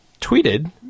tweeted